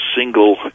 single